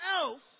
else